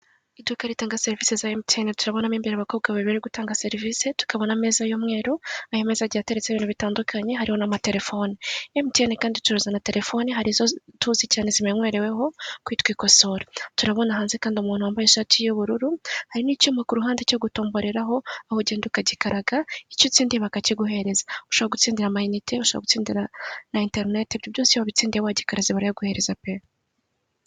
Iduka ritanga serivisi za emutiyene turabonamo imbere abakobwa ba bari gutanga serivisi, tukabona ameza y'umweru ayo meza agira ateretse ibintu bitandukanye, hariho n'amatelefone emutiyene kandi icuruza na telefoni harizo tuzi cyane zimenyereweho kwitwa ikosora, turabona hanze kandi umuntu wambaye ishati y'ubururu harimo' hari n'icyuma ku ruhande cyo gutomboreraho aho ugenda ukagikaraga icyo utsindi bakakiguhereza ushobora gutsindira amayinite ushobora gutsindira na interineti ibyo byose wabitsindideye wagikaza baguhereza pe!